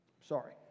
Sorry